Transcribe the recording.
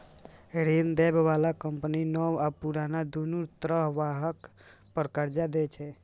ऋण दै बला कंपनी नव आ पुरान, दुनू तरहक वाहन पर कर्ज दै छै